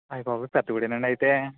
అయ్య బాబోయ్ పెద్ద గుడేనండీ అయితే